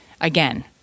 again